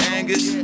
Angus